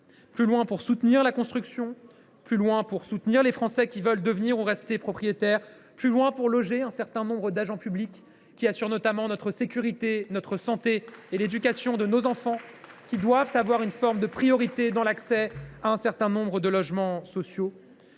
plus loin pour soutenir la construction ; plus loin pour soutenir les Français qui veulent devenir ou rester propriétaires ; plus loin pour loger un certain nombre d’agents publics qui assurent notamment notre sécurité, notre santé et l’éducation de nos enfants, et qui doivent bénéficier d’une forme de priorité dans l’accès au logement social